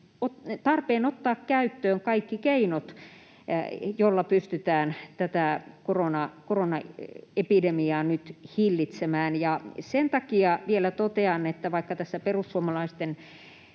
tarpeen ottaa käyttöön kaikki keinot, joilla pystytään tätä koronaepidemiaa nyt hillitsemään. Sen takia vielä totean, että vaikka tässä perussuomalaisten